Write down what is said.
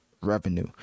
revenue